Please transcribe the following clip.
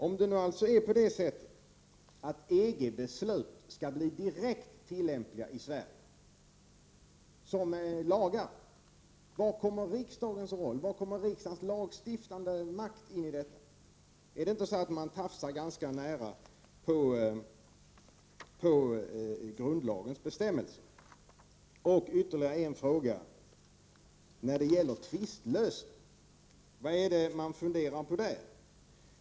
Om det nu alltså är så, att EG-beslut skall bli direkt tillämpliga i Sverige som lagar, var kommer riksdagens lagstiftande makt in i sammanhanget? Är man inte ganska nära att tafsa på grundlagens bestämmelser? Ytterligare en fråga, som gäller tvistlösning. Vad funderar man på därvidlag?